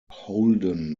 holden